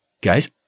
Guys